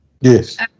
yes